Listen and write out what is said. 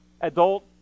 adult